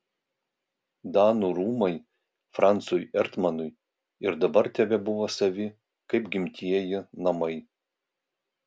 danų rūmai francui erdmanui ir dabar tebebuvo savi kaip gimtieji namai